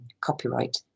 copyright